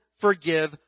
forgive